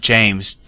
James